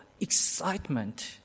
excitement